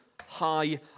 high